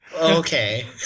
Okay